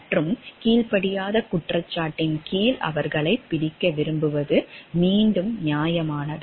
மற்றும் கீழ்படியாத குற்றச்சாட்டின் கீழ் அவர்களைப் பிடிக்க விரும்புவது மீண்டும் நியாயமானதா